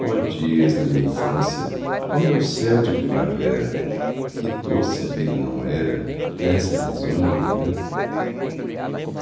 oh dias da minha infância oh meu céu de primavera que doce a vida não era nessa risonha manhã